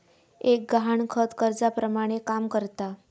एक गहाणखत कर्जाप्रमाणे काम करता